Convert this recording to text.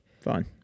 fine